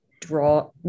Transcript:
draw